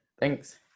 thanks